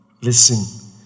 Listen